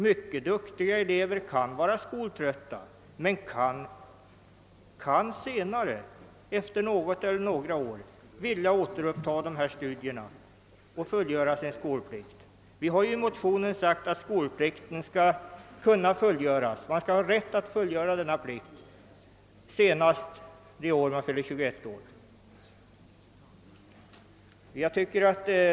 Mycket duktiga elever kan vara skoltrötta men kan säkerligen efter något eller några år vilja återuppta studierna och fullgöra sin skolplikt. Vi har i vår motion sagt att skolplikten skall kunna fullgöras, och man skall ha rätt att få fullgöra denna plikt senast det år man fyller 21 år.